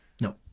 no